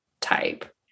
type